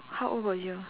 how old were you